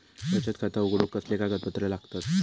बचत खाता उघडूक कसले कागदपत्र लागतत?